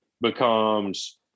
becomes